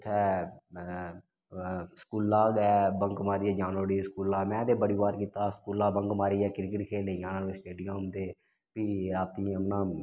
उत्थै स्कूला दा गै बंक मारियै जाना उठी सूकला में ते बड़ी बार कीता स्कूला बन्क मारियै क्रिकेट खेढन जाना स्टेडियम ते फ्ही रातीं औन्ना